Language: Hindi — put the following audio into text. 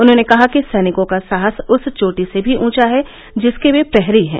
उन्होंने कहा कि सैनिकों का साहस उस चोटी से भी ऊंचा जिसके वे प्रहरी हैं